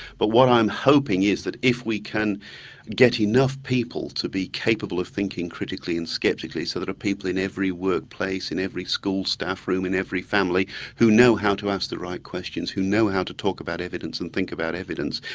but what i'm hoping is that if we can get enough people to be capable of thinking critically and skeptically so that there are people in every workplace, in every school staff room, in every family who know how to ask the right questions, who know how to talk about evidence and think about evidence,